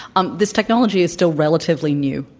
um this technology is still relatively new.